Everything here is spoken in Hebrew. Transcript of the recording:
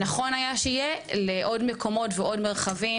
שנכון היה שיהיה, לעוד מקומות ולעוד מרחבים.